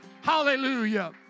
Hallelujah